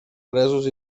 presos